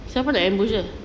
siapa nak ambush dia